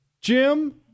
jim